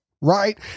right